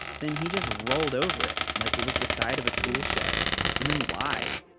then he just rolled over it like it was the side of a tool shed and then lied.